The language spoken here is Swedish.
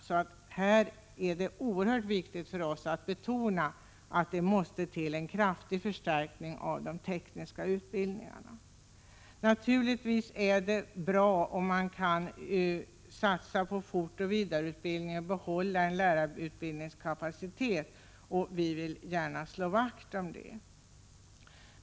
Det är därför oerhört viktigt för oss att betona att det måste till en kraftig förstärkning av de tekniska utbildningarna. Naturligtvis är det också bra om man kan satsa på fortoch vidareutbildning och behålla lärarutbildningskapaciteten. Vi vill gärna slå vakt om det.